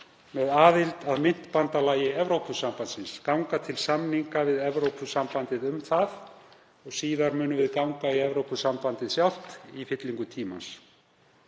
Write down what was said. með aðild að myntbandalagi Evrópusambandsins, ganga til samninga við Evrópusambandið um það. Síðar munum við ganga í Evrópusambandið sjálft í fyllingu tímans.